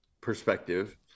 perspective